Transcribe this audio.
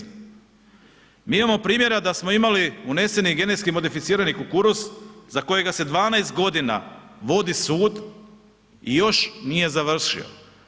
Mi imamo primjera da smo imali uneseni genetski modificirani kukuruz za kojega se 12 godina vodi sud i još nije završio.